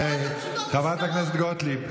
אתה תפגע בנאשמים.